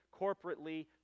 corporately